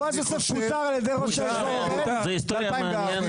בועז יוסף פוטר על ידי --- זו היסטוריה מעניינת.